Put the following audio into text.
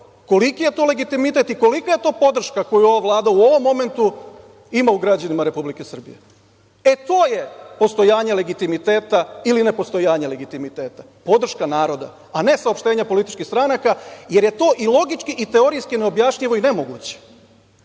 koliki je to legitimitet i kolika je to podrška koju ova Vlada u ovom momentu ima u građanima Republike Srbije. To je postojanje legitimiteta ili ne postojanje legitimiteta, podrška naroda, a ne saopštenja političkih stranaka, jer je to i logički i teorijski neobjašnjivo i nemoguće.